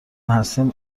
هستیم